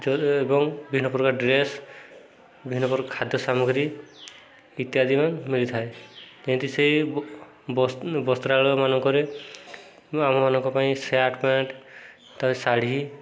ଯ ଏବଂ ବିଭିନ୍ନ ପ୍ରକାର ଡ୍ରେସ୍ ବିଭିନ୍ନ ପ୍ରକାର ଖାଦ୍ୟ ସାମଗ୍ରୀ ଇତ୍ୟାଦି ମିଳିଥାଏ ଯେମିତି ସେଇ ବସ୍ତ୍ରାଳୟ ମାନଙ୍କରେ ଆମମାନଙ୍କ ପାଇଁ ସାର୍ଟ ପ୍ୟାଣ୍ଟ ତାପରେ ଶାଢ଼ୀ